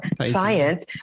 science